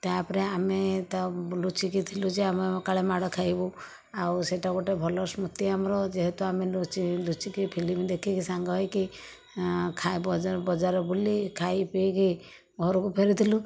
ତାପରେ ଆମେ ତ ଲୁଚିକି ଥିଲୁ ଯେ ଆମେ କାଳେ ମାଡ଼ ଖାଇବୁ ଆଉ ସେ'ଟା ଗୋଟିଏ ଭଲ ସ୍ମୃତି ଆମର ଯେହେତୁ ଆମେ ଲୁଚି ଲୁଚିକିରି ଫିଲ୍ମ ଦେଖିକି ସାଙ୍ଗ ହୋଇକି ଖା ବଜାର ବଜାର ବୁଲି ଖାଇ ପିଇକି ଘରକୁ ଫେରିଥିଲୁ